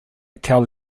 tell